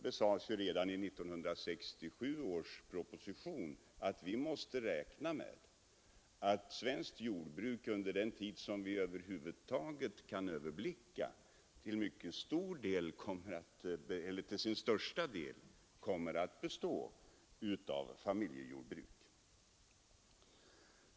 Det sades redan i 1967 års proposition att vi måste räkna med att svenskt jordbruk under den tid som vi över huvud taget kan överblicka till sin största del kommer att bestå av familjejordbruk.